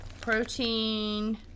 Protein